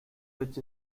which